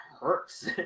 hurts